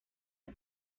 los